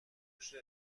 رشد